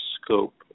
scope